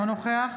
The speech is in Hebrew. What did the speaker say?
אינו נוכח